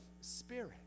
spirit